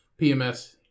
PMS